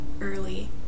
early